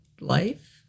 life